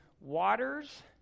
waters